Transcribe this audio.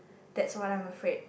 that's what I'm afraid